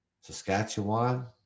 saskatchewan